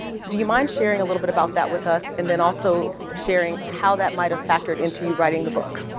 do you mind sharing a little bit about that with us and then also sharing how that might have factored into you writing the book?